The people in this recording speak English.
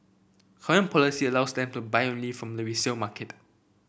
current policy allows them to buy only from the resale market